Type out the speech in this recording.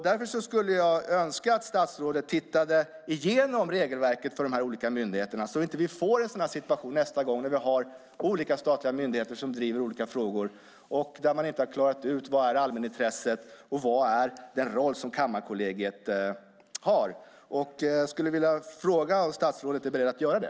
Därför skulle jag önska att statsrådet tittade igenom regelverket för de här olika myndigheterna, så att vi inte får en sådan här situation nästa gång när två olika statliga myndigheter driver olika frågor och där man inte har klarat ut vad allmänintresset är och vilken roll Kammarkollegiet har. Jag skulle vilja fråga om statsrådet är beredd att göra det.